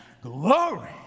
glory